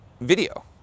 video